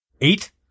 Eight